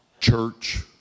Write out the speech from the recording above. church